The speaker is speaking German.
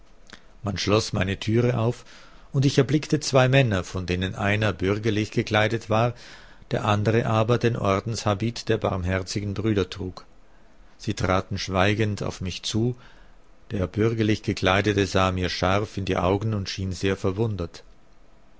man schloß meine türe auf und ich erblickte zwei männer von denen einer bürgerlich gekleidet war der andere aber den ordenshabit der barmherzigen brüder trug sie traten schweigend auf mich zu der bürgerlich gekleidete sah mir scharf in die augen und schien sehr verwundert